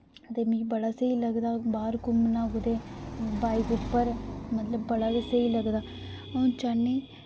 ते मिकी बड़ा स्हेई लगदा बाह्र घुम्मना कुतै बाइक उप्पर मतलब बड़ा गै स्हेई लगदा अ'ऊं चाह्न्नीं